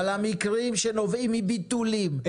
אבל המקרים שנובעים מביטולים,